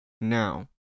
Now